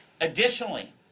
Additionally